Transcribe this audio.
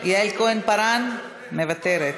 יעל כהן-פארן, מוותרת,